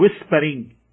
whispering